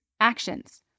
Actions